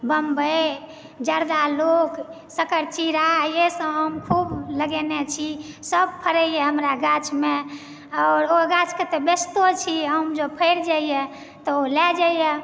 बम्बइ जरदालू सकरचीरा इहे सब आम खूब लगेने छी सब फड़ैए हमरा गाछमे और ओ गाछके तऽ बेचतो छी आम जे फैड़ जाइए तऽ ओ लए जाइए